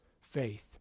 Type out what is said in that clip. faith